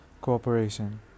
cooperation